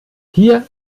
hier